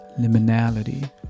liminality